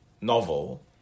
novel